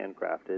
handcrafted